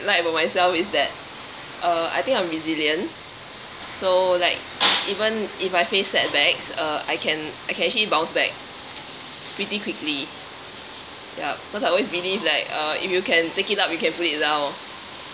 like about myself is that uh I think I'm resilient so like even if I face setbacks uh I can I can actually bounce back pretty quickly ya because I always believe like uh if you can pick it up you can put it down